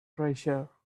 treasure